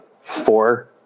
four